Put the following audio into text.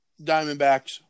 Diamondbacks